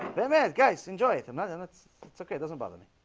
bad guys enjoy it another that's it's okay doesn't bother me